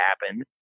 happen